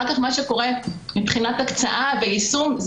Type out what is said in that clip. מה שקורה אחר כך מבחינת הקצאה ויישום,